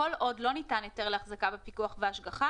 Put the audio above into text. (ב)כל עוד לא ניתן היתר להחזקה בפיקוח והשגחה